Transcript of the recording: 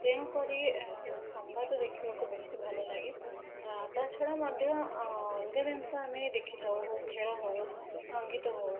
ତେଣୁକରି ସମ୍ବାଦ ଦେଖିବାକୁ ବେଶୀ ଭଲ ଲାଗେ ତା ଛଡ଼ା ମଧ୍ୟ ଅଲଗା ଜିନିଷ ଆମେ ଦେଖିଥାଉ ହେଉ ଖେଳ ହେଉ ସଙ୍ଗୀତ ହେଉ ଆ